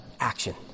action